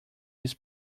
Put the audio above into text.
his